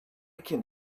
can